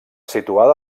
situada